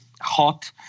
hot